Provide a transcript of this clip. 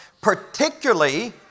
Particularly